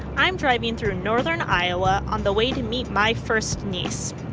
i'm driving through northern iowa on the way to meet my first niece.